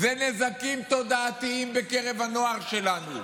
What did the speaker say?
זה נזקים תודעתיים בקרב הנוער שלנו,